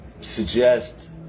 suggest